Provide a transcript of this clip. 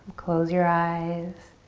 close your eyes.